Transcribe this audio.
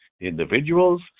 individuals